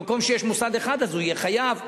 במקום שיש מוסד אחד אז הוא יהיה חייב.